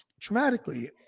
traumatically